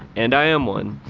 and i am one,